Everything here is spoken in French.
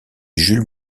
jules